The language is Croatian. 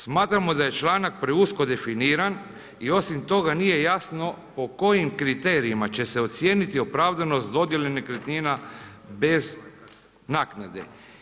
Smatramo da je članak preusko definiran i osim toga, nije jasno po kojim kriterijima će se ocijeniti, opravdanost dodjeli nekretnina bez naknade.